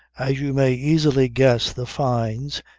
as you may easily guess the fynes,